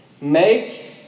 Make